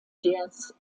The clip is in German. jazz